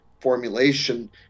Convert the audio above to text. formulation